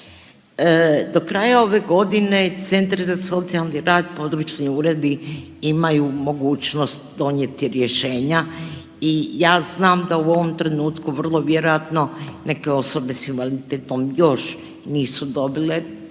Do kraja ove godine centri za socijalni rad, područni uredi imaju mogućnost donijeti rješenja i ja znam da u ovom trenutku vrlo vjerojatno neke osobe s invaliditetom još nisu dobile